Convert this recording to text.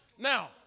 Now